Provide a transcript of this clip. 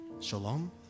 Shalom